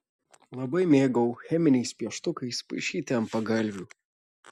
labai mėgau cheminiais pieštukais paišyti ant pagalvių